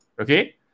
Okay